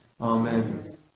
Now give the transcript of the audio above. Amen